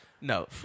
No